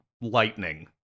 lightning